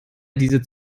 diese